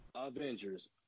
Avengers